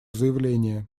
заявление